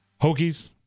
Hokies